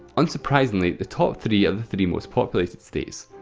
unsurprisingly, the top three are the three most populated states.